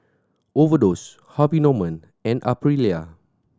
Overdose Harvey Norman and Aprilia